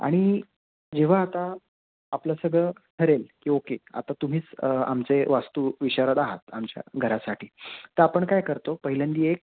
आणि जेव्हा आता आपलं सगळं ठरेल की ओके आता तुम्हीच आमचे वास्तूविशारद आहात आमच्या घरासाठी तर आपण काय करतो पहिल्यांदी एक